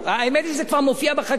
האמת היא שזה כבר מופיע בחקיקה.